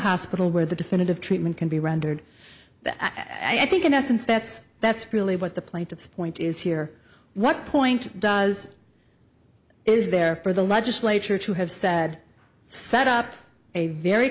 hospital where the definitive treatment can be rendered that i think in essence that's that's really what the plaintiffs point is here what point does is there for the legislature to have said set up a very